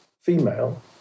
female